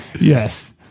Yes